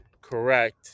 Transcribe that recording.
correct